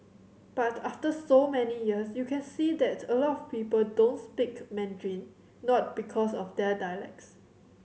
but after so many years you can see that a lot of people don't speak Mandarin not because of dialects